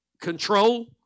control